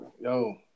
yo